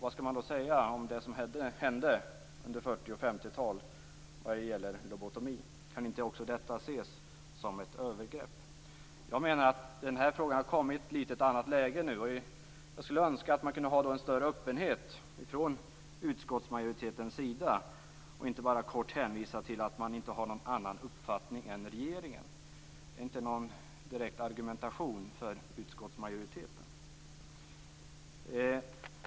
Vad skall man då säga om det som hände under 40 och 50-talen vad gäller lobotomi? Kan inte också detta ses som ett övergrepp? Jag menar att denna fråga har kommit i ett litet annorlunda läge nu. Jag skulle därför önska att man visade litet större öppenhet från utskottsmajoritetens sida och att man inte bara kort hänvisade till att man inte har någon annan uppfattning än regeringen. Det är inte någon direkt argumentation från utskottsmajoriteten.